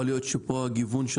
יכול להיות שפה הגיוון של